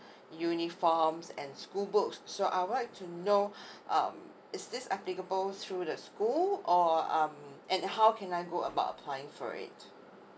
uniforms and school books so I would like to know um is this applicable through the school or um and how can I go about applying for it